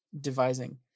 devising